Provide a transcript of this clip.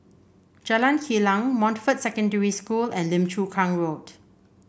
Jalan Kilang Montfort Secondary School and Lim Chu Kang Road